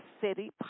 City